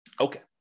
Okay